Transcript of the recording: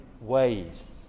ways